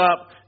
up